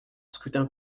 scrutin